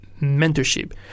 mentorship